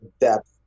depth